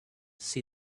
see